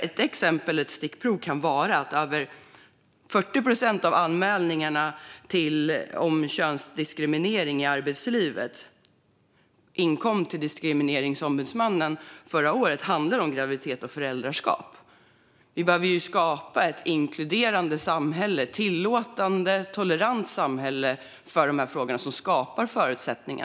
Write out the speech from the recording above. Ett exempel kan vara att över 40 procent av anmälningarna om könsdiskriminering i arbetslivet som inkom till Diskrimineringsombudsmannen förra året handlade om graviditet och föräldraskap. Vi behöver skapa ett inkluderande samhälle som är tillåtande och tolerant och skapar rätt förutsättningar.